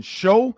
show